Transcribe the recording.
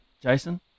Jason